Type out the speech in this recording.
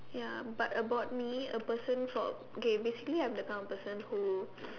ya but about me a person for okay basically I'm the kind of person who